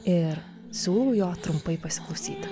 ir siūlau jo trumpai pasiklausyti